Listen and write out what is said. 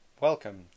Welcome